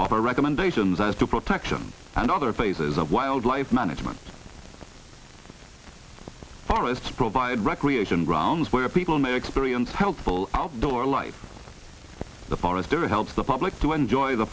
other recommendations as to protection and other phases of wildlife management forests provide recreation grounds where people may experience helpful outdoor life the forest area helps the public to enjoy the